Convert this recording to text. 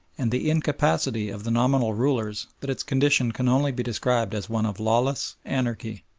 and the incapacity of the nominal rulers that its condition can only be described as one of lawless anarchy.